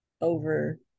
over